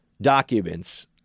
documents